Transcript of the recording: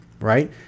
right